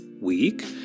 week